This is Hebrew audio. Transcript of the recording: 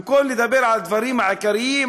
במקום לדבר על הדברים העיקריים,